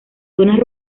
zonas